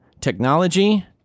Technology